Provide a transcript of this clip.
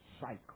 cycle